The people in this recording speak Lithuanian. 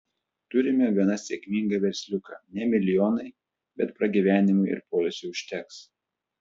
turime gana sėkmingą versliuką ne milijonai bet pragyvenimui ir poilsiui užteks